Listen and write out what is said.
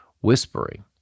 whispering